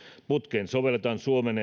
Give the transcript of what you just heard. putkeen sovelletaan suomen